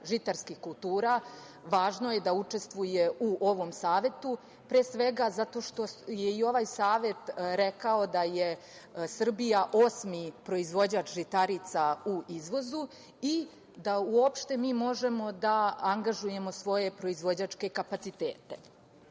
žitarskih kultura učestvuje u ovom Savetu, pre svega zato što je i ovaj Savet rekao da je Srbija osmi proizvođač žitarica u izvozu i da uopšte mi možemo da angažujemo svoje proizvođačke kapacitete. Takođe,